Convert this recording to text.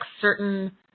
certain